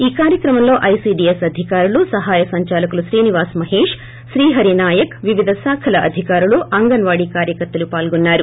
ఈ కార్యక్రమంలో ఐసీడిఎస్ అధికారులు సహాయ సంచాలకులు శ్రీనివాస మహేష్ శ్రీహరి నాయక్ వివిధ శాఖ అధికారులు అంగస్ వాడీలు పాల్గొన్నారు